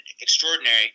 extraordinary